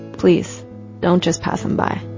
please don't just pass them by